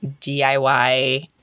DIY